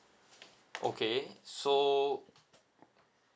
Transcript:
okay so